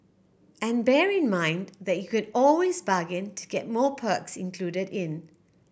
and bear in mind that you can always bargain to get more perks included in